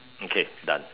okay done